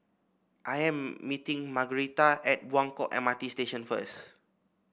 I am meeting Margretta at Buangkok M R T Station first